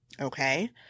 okay